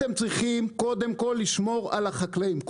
אתם צריכים קודם כל לשמור על החקלאים,